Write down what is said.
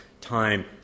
time